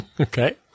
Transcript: Okay